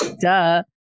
Duh